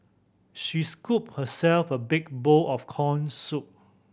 she scooped herself a big bowl of corn soup